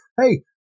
hey